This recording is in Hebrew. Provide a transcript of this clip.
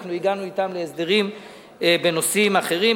אנחנו הגענו אתם להסדרים בנושאים אחרים.